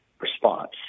response